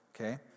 okay